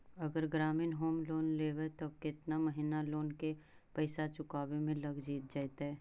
अगर ग्रामीण home loan लेबै त केतना महिना लोन के पैसा चुकावे में लग जैतै?